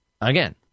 Again